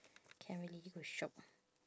can't really go shop